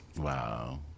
Wow